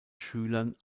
schülern